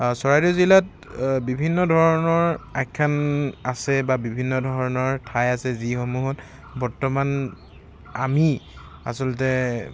আৰু চৰাইদেউ জিলাত বিভিন্ন ধৰণৰ আখ্যান আছে বা বিভিন্ন ধৰণৰ ঠাই আছে যিসমূহত বৰ্তমান আমি আচলতে